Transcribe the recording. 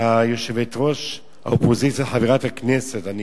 שיושבת-ראש האופוזיציה, חברת הכנסת, אני